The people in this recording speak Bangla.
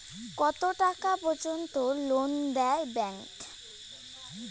কত টাকা পর্যন্ত লোন দেয় ব্যাংক?